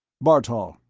bartol,